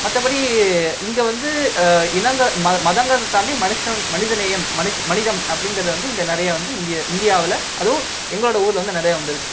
மற்றபடி இங்கே வந்து இனங்களை ம மதங்கள் தாண்டி மனுஷன் மனிதநேயம் மனுஷ மனிதம் அப்படிங்குறது வந்து இங்கே நிறைய வந்து இங்கே இந்தியாவில் அதுவும் எங்களோடய ஊரில் வந்து நிறைய வந்திருக்கு